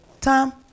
Tom